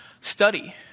study